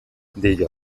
dio